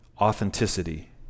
authenticity